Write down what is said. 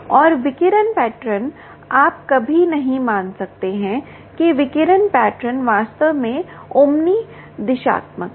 और विकिरण पैटर्न आप कभी नहीं मान सकते हैं कि विकिरण पैटर्न वास्तव में ओमनी दिशात्मक है